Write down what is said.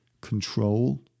control